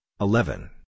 eleven